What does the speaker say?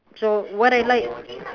so what I like